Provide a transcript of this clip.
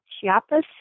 Chiapas